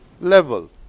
level